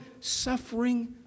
suffering